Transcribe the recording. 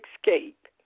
escape